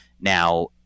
Now